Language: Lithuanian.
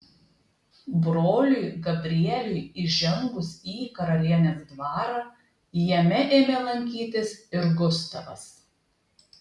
broliui gabrieliui įžengus į karalienės dvarą jame ėmė lankytis ir gustavas